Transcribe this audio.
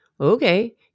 okay